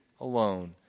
alone